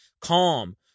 calm